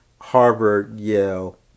Harvard-Yale